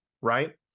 right